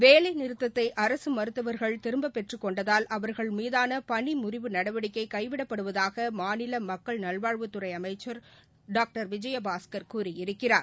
வேலைநிறுத்தத்தை அரசு மருத்துவர்கள் திரும்ப பெற்றுக்கொண்டதால் அவர்கள் மீதான பணி முறிவு நடவடிக்கை கைவிடப்படுவதாக மாநில மக்கள் நல்வாழ்வுத்துறை அமைச்சர் திரு விஜயபாஸ்கர் கூறியிருக்கிறார்